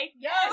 Yes